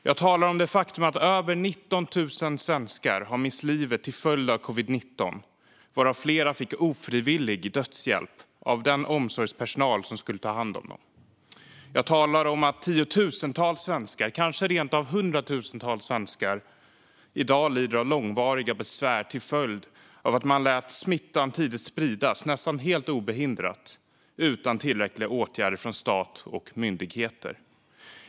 Jag talar om det faktum att över 19 000 svenskar har mist livet till följd av covid-19, varav flera fick ofrivillig dödshjälp av den omsorgspersonal som skulle ta hand om dem. Jag talar om att tiotusentals svenskar, kanske rent av hundratusentals svenskar, i dag lider av långvariga besvär till följd av att man tidigt lät smittan spridas nästan helt obehindrat utan tillräckliga åtgärder från stat och myndigheter.